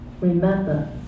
remember